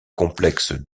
complexe